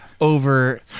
over